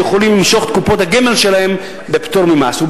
שיכולים למשוך את קופות הגמל שלהם בפטור ממס.